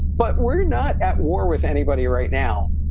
but we're not at war with anybody right now.